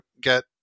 get